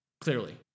clearly